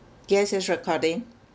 yes it's recording